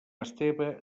esteve